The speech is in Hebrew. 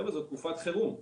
חבר'ה, זו תקופת חירום.